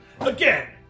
Again